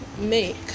make